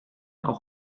auch